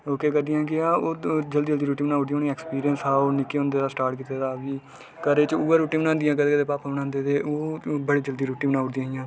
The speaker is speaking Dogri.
ते ओह् करदियां हियां जल्दी जल्दी रुट्टी बनाई औड़दियां हियां ओह्ने गी एक्सपिरिंस हा निक्के होंदे दा स्टार्ट कीते दा हा घरै च उयै रुट्टी बनांदियां हियां कदें कदें पापा होर बनांदे ते ओह् बड़ी जल्दी रुट्टी बनाई ओड़दियां हियां